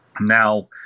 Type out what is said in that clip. Now